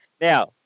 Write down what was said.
now